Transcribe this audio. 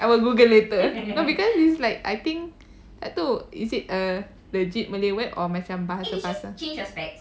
I will Google later no because it's like I think tu is it a legit malay word or macam bahasa pasar